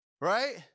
Right